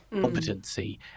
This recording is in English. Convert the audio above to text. competency